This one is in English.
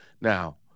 Now